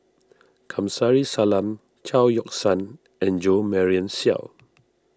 Kamsari Salam Chao Yoke San and Jo Marion Seow